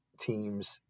teams